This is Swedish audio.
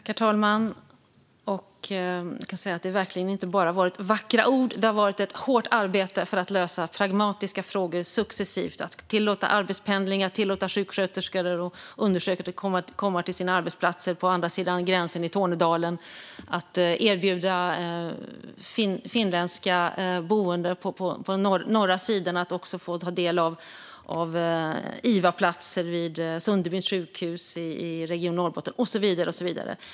Herr talman! Det har verkligen inte bara varit vackra ord, utan det har varit ett hårt arbete för att successivt lösa pragmatiska frågor. Det har handlat om att tillåta arbetspendling och att låta sjuksköterskor och undersköterskor komma till sina arbetsplatser på andra sidan gränsen i Tornedalen. Det har handlat om att erbjuda finländska boende på den norra sidan att också få ta del av IVA-platser vid Sunderby sjukhus i Region Norrbotten och så vidare.